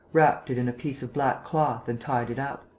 wrapped it in a piece of black cloth and tied it up.